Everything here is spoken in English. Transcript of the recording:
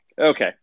Okay